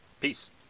peace